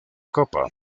copa